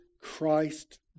Christ